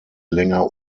länger